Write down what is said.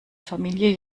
familie